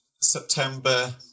September